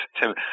Tim